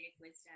wisdom